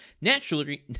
naturally